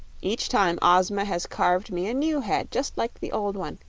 each time ozma has carved me a new head just like the old one,